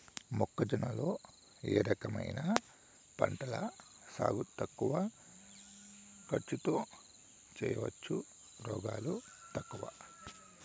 మొక్కజొన్న లో ఏ రకమైన పంటల సాగు తక్కువ ఖర్చుతో చేయచ్చు, రోగాలు తక్కువ?